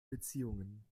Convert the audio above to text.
beziehungen